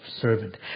servant